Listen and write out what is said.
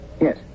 Yes